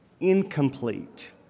incomplete